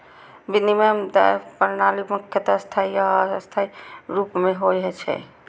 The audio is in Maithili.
विनिमय दर प्रणाली मुख्यतः स्थायी आ अस्थायी रूप मे होइ छै